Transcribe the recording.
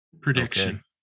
prediction